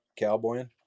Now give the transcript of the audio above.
cowboying